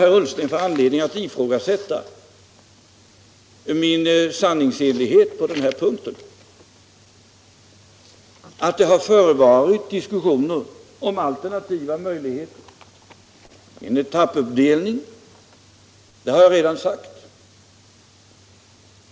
Vilken anledning har herr Ullsten att ifrågasätta min sanningsenlighet på den här punkten? Att det förevarit diskussioner om alternativa möjligheter, en etappuppdelning, har jag redan sagt.